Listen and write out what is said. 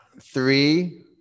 Three